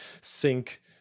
sync